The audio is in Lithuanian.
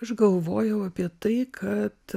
aš galvojau apie tai kad